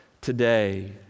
today